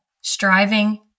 striving